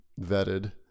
vetted